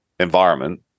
environment